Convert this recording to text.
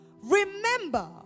remember